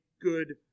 good